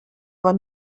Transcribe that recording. war